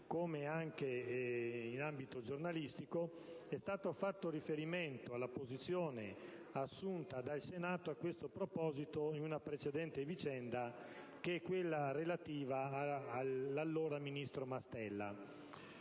sia in ambito giornalistico, è stato fatto riferimento alla posizione assunta dal Senato a questo proposito in una precedente vicenda relativa all'allora ministro Mastella.